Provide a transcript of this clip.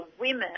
women